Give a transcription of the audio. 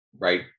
right